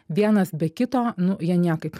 vienas be kito nu jie niekaip